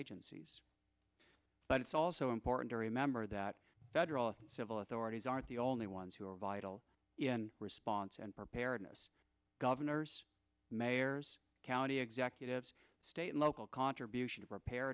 agencies but it's also important to remember that federal civil authorities aren't the only ones who are vital in response and preparedness governors mayors county executives state local contribution of repa